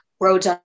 Roads